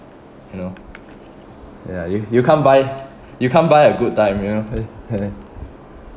you know ya you you can't buy you can't buy a good time you know